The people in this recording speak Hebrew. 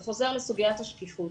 זה חוזר לסוגיית השקיפות.